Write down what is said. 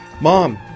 Mom